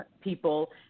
people